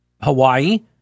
Hawaii